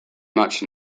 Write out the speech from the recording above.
much